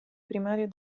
primario